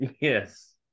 Yes